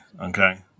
okay